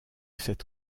cette